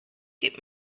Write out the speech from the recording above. gib